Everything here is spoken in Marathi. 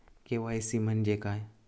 के.वाय.सी म्हणजे काय?